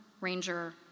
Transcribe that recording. Ranger